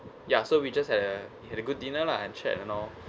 ya so we just had a had a good dinner lah and chat and all